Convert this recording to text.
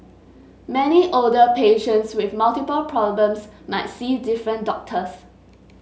many older patients with multiple problems might see different doctors